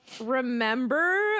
remember